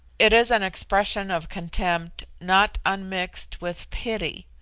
it is an expression of contempt not unmixed with pity.